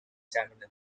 stamina